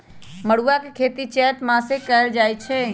मरुआ के खेती चैत मासमे कएल जाए छै